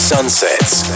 Sunsets